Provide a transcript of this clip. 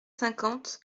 cinquante